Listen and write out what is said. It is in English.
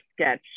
sketch